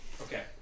Okay